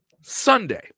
Sunday